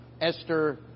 Esther